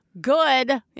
Good